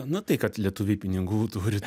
na tai kad lietuviai pinigų turi